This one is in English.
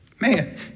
man